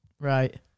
Right